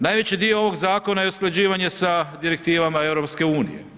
Najveći dio ovog zakona je usklađivanje sa direktivama EU.